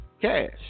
cash